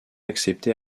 accepté